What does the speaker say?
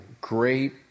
Great